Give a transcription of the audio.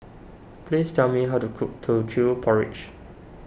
please tell me how to cook Teochew Porridge